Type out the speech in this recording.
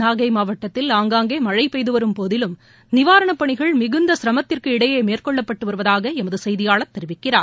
நாகை மாவட்டத்தில் ஆங்காங்கே மழை பெய்துவரும் போதிலும் நிவாரணப் பணிகள் மிகுந்த சிரமத்திற்கு இடையே மேற்கொள்ளப்பட்டு வருவதாக எமது செய்தியாளர் தெரிவிக்கிறார்